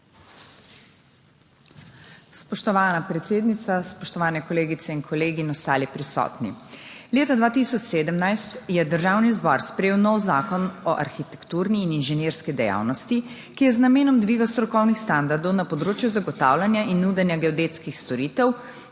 Spoštovana predsednica, spoštovane kolegice in kolegi ter ostali prisotni! Leta 2017 je Državni zbor sprejel nov Zakon o arhitekturni in inženirski dejavnosti, ki je z namenom dviga strokovnih standardov na področju zagotavljanja in nudenja geodetskih storitev